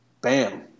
Bam